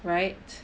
right